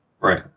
Right